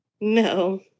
No